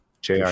JR